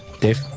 Dave